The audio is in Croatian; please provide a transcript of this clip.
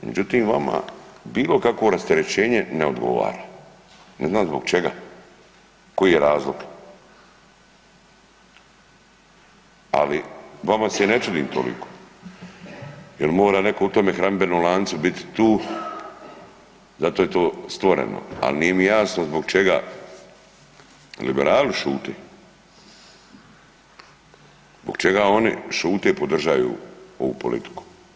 Međutim, vama bilo kakvo rasterećenje ne odgovara, ne znam zbog čega, koji je razlog, ali vama se ne čudim toliko jel mora neko u tome hrambenom lancu bit tu zato je to stvoreno, ali nije mi jasno zbog čega liberali šute, zbog čega oni šute i podržaju ovu politiku.